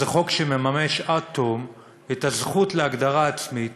זה חוק שמממש עד תום את הזכות להגדרה עצמית